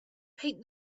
paint